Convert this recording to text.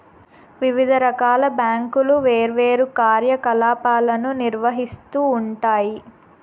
వివిధ రకాల బ్యాంకులు వేర్వేరు కార్యకలాపాలను నిర్వహిత్తూ ఉంటాయి